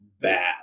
bad